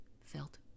felt